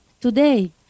Today